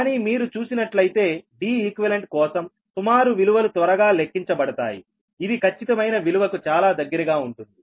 కానీ మీరు చూసినట్లయితే Deq కోసం సుమారు విలువలు త్వరగా లెక్కించబడతాయి ఇది ఖచ్చితమైన విలువకు చాలా దగ్గరగా ఉంటుంది